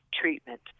treatment